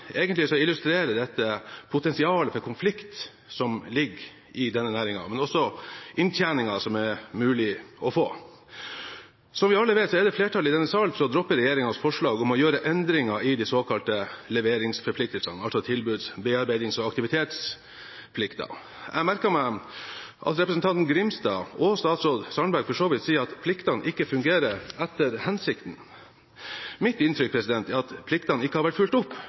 Egentlig illustrerer dette potensialet for konflikt som ligger i denne næringen, men også inntjeningen som er mulig å få. Som vi alle vet, er det flertall i denne sal for å droppe regjeringens forslag om å gjøre endringer i de såkalte leveringsforpliktelsene, altså tilbuds-, bearbeidings- og aktivitetsplikten. Jeg merket meg at representanten Grimstad – og statsråd Sandberg for så vidt – sier at pliktene ikke fungerer etter hensikten. Mitt inntrykk er at pliktene ikke har vært fulgt opp,